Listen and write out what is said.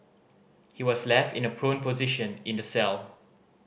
he was left in a prone position in the cell